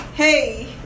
Hey